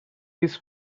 his